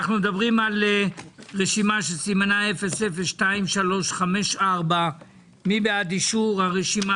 אנחנו מדברים על רשימה שסימנה 002354. מי בעד אישור הרשימה,